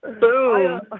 Boom